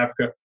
Africa